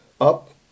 up